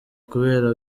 kubera